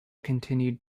continued